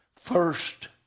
first